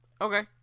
Okay